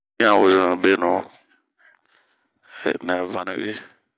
Din ɲa a wozomɛ benu nɛ a vani'uwi.